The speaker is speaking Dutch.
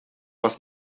was